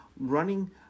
Running